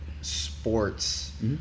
sports